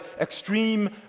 extreme